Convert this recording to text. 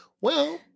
Well-